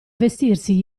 vestirsi